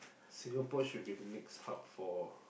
Singapore should be the next hub for